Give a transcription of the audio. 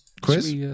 Quiz